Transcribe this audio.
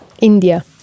India